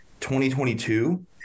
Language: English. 2022